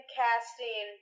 casting